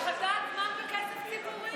זה השחתת זמן וכסף ציבורי.